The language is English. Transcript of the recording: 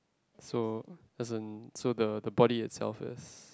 so there's a so the the body itself is